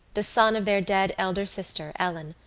the son of their dead elder sister, ellen,